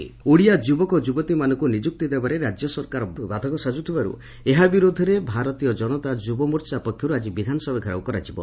ଘେରାଉ ଓଡ଼ିଆ ଯୁବକ ଯୁବତୀମାନଙ୍କୁ ନିଯୁକ୍ତି ଦେବାରେ ରାଜ୍ୟ ସରକାର ବାଧା ସାଜୁଥିବାରୁ ଏହା ବିରୋଧରେ ଭାରତୀୟ ଜନତା ଯୁବମୋର୍ଚ୍ଚା ପକ୍ଷରୁ ଆକି ବିଧାନସଭା ଘେରାଉ କରାଯିବ